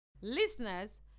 Listeners